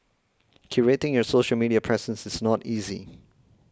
curating your social media presence is not easy